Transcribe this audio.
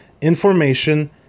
information